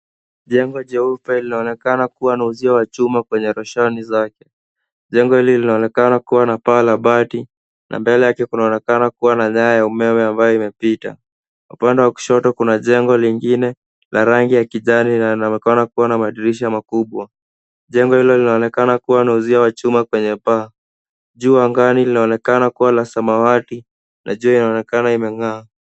Jengo jeupe linaonekana kuwa na uzio wa chuma kwenye roshani zake. Jengo hili linaonekana kuwa na paa la bati, na mbele yake kunaonekana kuwa na nyaya ya umeme ambayo imepita. Upande wa kushoto kuna jengo lingine la rangi ya kijani na inaonekana kuwa na madirisha makubwa. Jengo hilo linaonekana kuwa na uzio wa chuma kwenye paa. Juu angani linaonekana kuwa la samawati, na jua inaonekana imeng'aa.